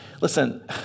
Listen